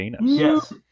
Yes